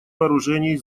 вооружений